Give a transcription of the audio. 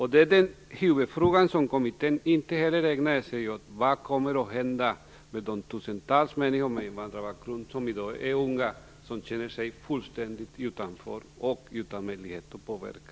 Huvudfrågan, som Invandrarpolitiska kommittén inte ägnade sig åt, är: Vad kommer att hända med de tusentals människor med invandrarbakgrund som i dag är unga och som känner sig fullständigt utanför och utan möjlighet att påverka?